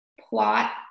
plot